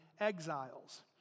exiles